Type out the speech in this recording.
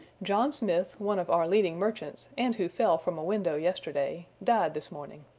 john smith, one of our leading merchants, and who fell from a window yesterday, died this morning.